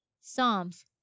Psalms